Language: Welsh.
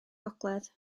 gogledd